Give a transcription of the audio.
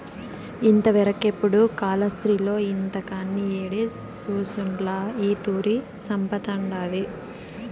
ఇంతవరకెపుడూ కాలాస్త్రిలో ఇంతకని యేడి సూసుండ్ల ఈ తూరి సంపతండాది